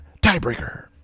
tiebreaker